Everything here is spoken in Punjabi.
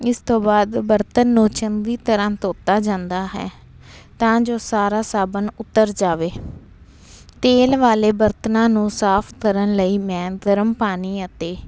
ਇਸ ਤੋਂ ਬਾਅਦ ਬਰਤਨ ਨੂੰ ਚੰਗੀ ਤਰ੍ਹਾਂ ਧੋਤਾ ਜਾਂਦਾ ਹੈ ਤਾਂ ਜੋ ਸਾਰਾ ਸਾਬਣ ਉਤਰ ਜਾਵੇ ਤੇਲ ਵਾਲੇ ਬਰਤਨਾਂ ਨੂੰ ਸਾਫ ਕਰਨ ਲਈ ਮੈਨ ਗਰਮ ਪਾਣੀ ਅਤੇ